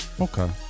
Okay